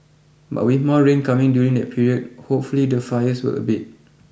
but with more rain coming during that period hopefully the fires will abate